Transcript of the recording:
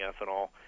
ethanol